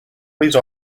please